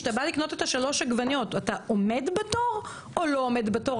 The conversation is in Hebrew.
כשאתה בא לקנות את השלוש עגבניות אתה עומד בתור או לא עומד בתור?